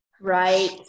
Right